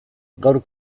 gaur